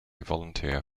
volunteer